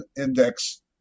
index